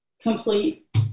complete